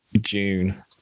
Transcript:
June